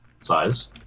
size